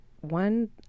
one